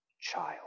child